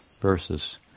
verses